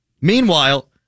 meanwhile